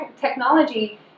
technology